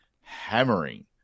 hammering